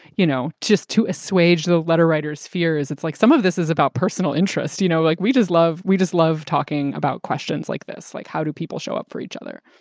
you know, just to assuage the letter writers fears, it's like some of this is about personal interest. you know, like we just love. we just love talking about questions like this. like, how do people show up for each other?